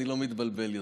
אני לא מתבלבל יותר.